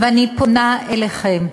אני פונה אליכם,